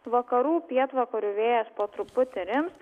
vakarų pietvakarių vėjas po truputį rims